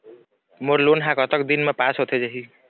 मोर loan हा कतक दिन मा पास होथे जाही?